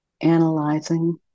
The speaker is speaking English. analyzing